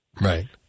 Right